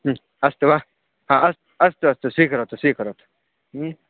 अस्तु वा हा अस् अस्तु अस्तु स्वीकरोतु स्वीकरोतु